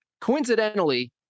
coincidentally